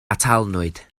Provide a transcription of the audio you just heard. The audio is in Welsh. atalnwyd